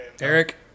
Eric